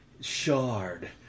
shard